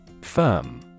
Firm